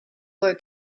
were